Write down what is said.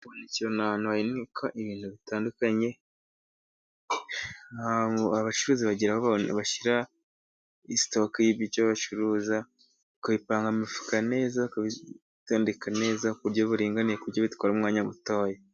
Ubuhunikiro ni ahantu bahunika ibintu bitandukanye, ahantu abacuruzi bashyira sitoke y'ibiryo bacuruza, bakabipanga mu mifuka neza, bakabitondeka neza ku buryo buringaniye, ku buryo bitwara umwanya mutoya.